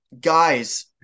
Guys